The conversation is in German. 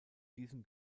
diesem